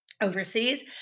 overseas